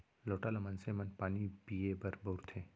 लोटा ल मनसे मन पानी पीए बर बउरथे